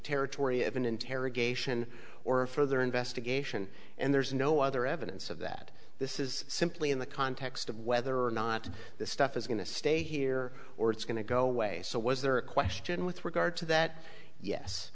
territory of an interrogation or further investigation and there's no other evidence of that this is simply in the context of whether or not this stuff is going to stay here or it's going to go away so was there a question with regard to that yes